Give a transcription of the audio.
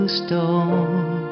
stone